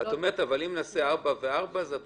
את אומרת שאם נעשה ארבע שנים וארבע שנים,